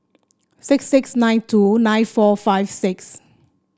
six six nine two nine four five six